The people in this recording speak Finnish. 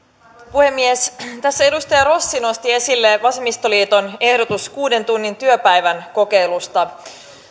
puhemies tässä edustaja rossi nosti esille vasemmistoliiton ehdotuksen kuuden tunnin työpäivän kokeilusta